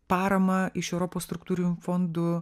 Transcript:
paramą iš europos struktūrinių fondų